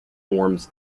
forms